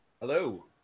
Hello